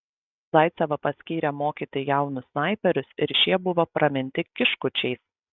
zaicevą paskyrė mokyti jaunus snaiperius ir šie buvo praminti kiškučiais